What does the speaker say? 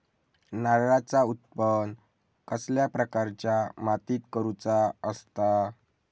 नारळाचा उत्त्पन कसल्या प्रकारच्या मातीत करूचा असता?